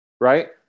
right